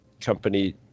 company